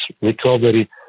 recovery